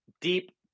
deep